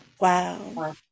Wow